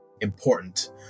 important